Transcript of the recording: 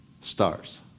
stars